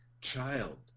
child